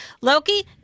Loki